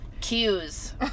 cues